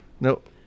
Nope